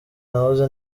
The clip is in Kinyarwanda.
nahoze